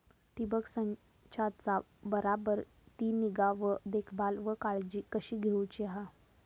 ठिबक संचाचा बराबर ती निगा व देखभाल व काळजी कशी घेऊची हा?